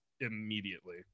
immediately